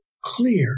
clear